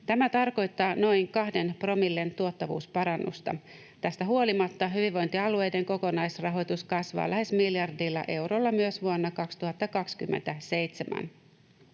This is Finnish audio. Tämä tarkoittaa noin kahden promillen tuottavuusparannusta. Tästä huolimatta hyvinvointialueiden kokonaisrahoitus kasvaa lähes miljardilla eurolla myös vuonna 2027.